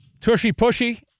Tushy-pushy